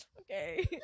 Okay